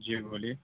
جی بولیے